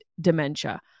dementia